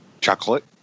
Chocolate